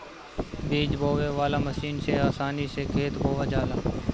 बीज बोवे वाला मशीन से आसानी से खेत बोवा जाला